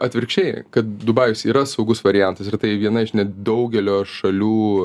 atvirkščiai kad dubajus yra saugus variantas ir tai viena iš nedaugelio šalių